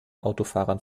autofahrern